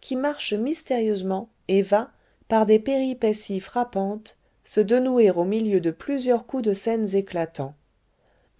qui marche mistérieusement et va par des péripessies frappantes se denouer au milieu de plusieurs coups de scènes éclatants